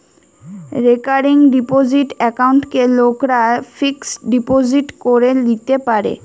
recurring deposit একাউন্টকে লোকরা fixed deposit করে লিতে পারে